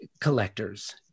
collectors